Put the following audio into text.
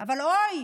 אבל אוי,